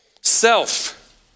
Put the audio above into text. self